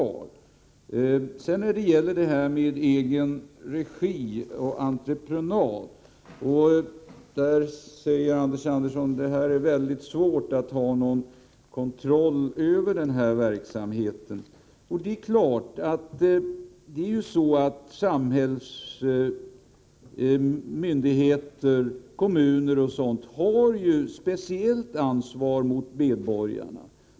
Täovember 1984 När det sedan gäller egenregi och entreprenad säger Anders Andersson att | det är väldigt svårt att få kontroll över verksamheten. Det är klart att myndigheter, kommuner och landsting har speciellt ansvar mot medborgarna.